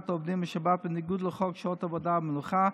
עובדים בשבת בניגוד לחוק שעות עבודה ומנוחה,